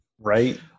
Right